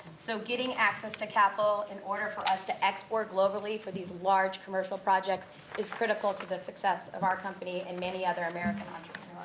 so, getting access to capital in order for us to export globally for these large commercial projects is critical to the success of our company and many other american entrepreneurs.